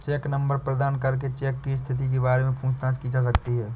check number प्रदान करके cheque की स्थिति के बारे में पूछताछ की जा सकती है